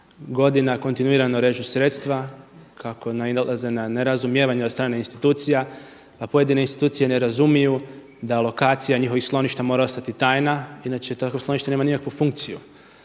godina kontinuirano režu sredstva, kako nailaze na nerazumijevanje od strane institucija, pa pojedine institucije ne razumiju da lokacija njihovih skloništa mora ostati tajna inače takvo sklonište nema nikakvu funkciju.